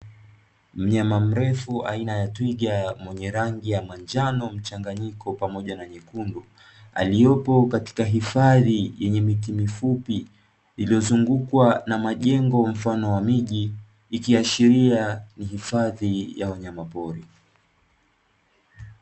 Mnyama mrefu aina ya twiga mwenye rangi ya manjano mchanganyiko pamoja na nyekundu, aliyopo katika hifadhi yenye miti mifupi iliyozungukwa na majengo mfano wa miji, ikiashiria ni hifadhi ya wanyamapori.